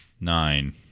Nine